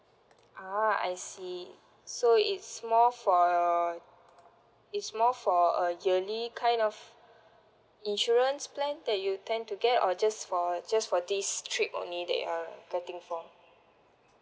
ah I see so it's more for is more for a yearly kind of insurance plan that you tend to get or just for just for this trip only that you are getting for